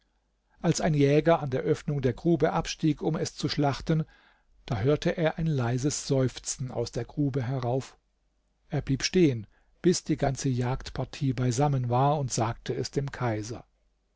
als ein jäger an der öffnung der grube abstieg um es zu schlachten da hörte er ein leises seufzen aus der grube herauf er blieb stehen bis die ganze jagdpartie beisammen war und sagte es dem kaiser